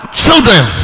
children